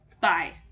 Bye